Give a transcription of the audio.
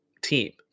team